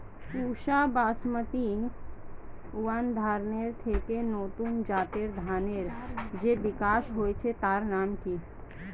পুসা Basmati one ধানের থেকে নতুন জাতের ধানের যে বিকাশ হয়েছে তার নাম কি?